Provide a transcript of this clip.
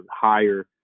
higher